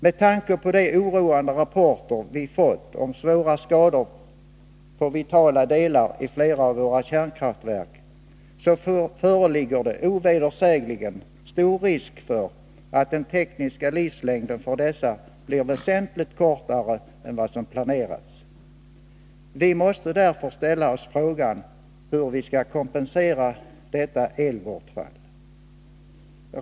Med tanke på de oroande rapporter som vi fått om svåra skador på vitala delar i flera av våra kärnkraftverk, föreligger det ovedersägligen stor risk för att den tekniska livslängden för dessa blir väsentligt kortare än som planerats. Vi måste därför ställa frågan: Hur skall vi kompensera detta elbortfall?